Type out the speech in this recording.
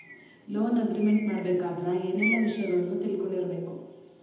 Loan agreement ಮಾಡ್ಬೆಕಾದ್ರ ಏನೆಲ್ಲಾ ವಿಷಯಗಳನ್ನ ತಿಳ್ಕೊಂಡಿರ್ಬೆಕು?